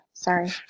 Sorry